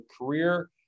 career